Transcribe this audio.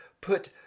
put